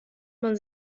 man